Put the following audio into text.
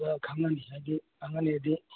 ꯑꯗꯨꯗ ꯈꯪꯉꯅꯤ ꯍꯥꯏꯗꯤ ꯈꯪꯉꯅꯦꯗꯤ